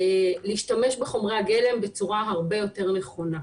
להשתמש בחומרי הגלם בצורה הרבה יותר נכונה.